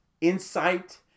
insight